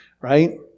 right